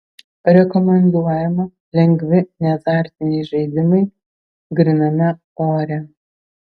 rekomenduojama lengvi neazartiniai žaidimai gryname ore